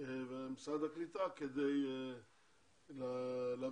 ומשרד הקליטה כדי להביא,